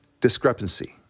discrepancy